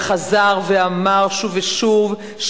וחזר ואמר שוב ושוב,